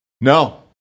No